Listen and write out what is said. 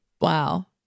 wow